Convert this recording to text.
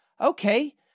okay